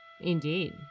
Indeed